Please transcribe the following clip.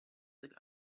ago